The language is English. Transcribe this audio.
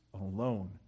alone